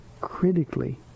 critically